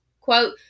quote